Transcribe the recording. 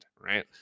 right